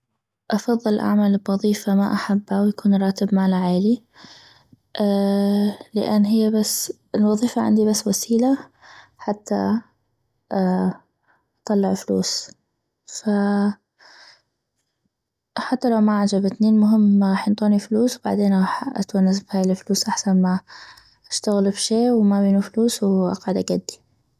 افضل اعمل بوظيفة ما احبا ويكون الراتب مالا عيلي لان هيا بس الوظيفة عندي بس وسيلة حتى اطلع فلوس فحتى لو ما عجبتني المهم غاح ينطوني فلوس وبعدين غاح اتونس بهاي الفلوس احسن ما اشتغل بشي وما بينو فلوس واقعد اكدي